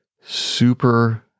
super